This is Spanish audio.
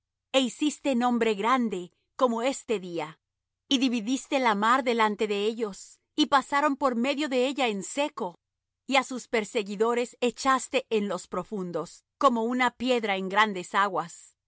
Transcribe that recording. hicíste nombre grande como este día y dividiste la mar delante de ellos y pasaron por medio de ella en seco y á sus perseguidores echaste en los profundos como una piedra en grandes aguas y